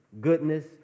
goodness